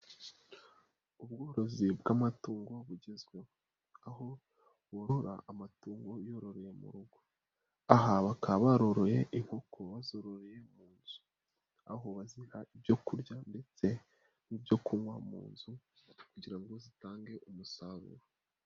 Ubworozi bw'amatungo bugezweho, aho borora amatungo uyororoye mu rugo, aha bakaba baroroye inkoko bazororeye mu nzu, aho baziha ibyo kurya ndetse n'ibyo kunywa mu nzu kugira ngo zitange umusaruro.